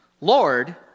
Lord